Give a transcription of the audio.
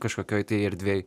kažkokioj erdvėj